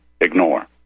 ignore